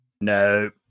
No